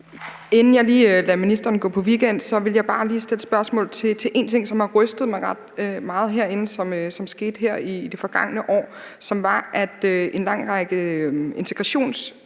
Inden jeg lige lader ministeren gå på weekend, vil jeg bare lige stille spørgsmål til én ting, som har rystet mig ret meget herinde, og som skete her i det forgangne år. Det var, at en lang række integrationsindsatser